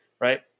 right